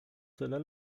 tyle